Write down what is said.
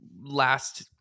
last